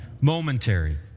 momentary